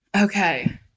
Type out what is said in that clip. Okay